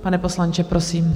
Pane poslanče, prosím.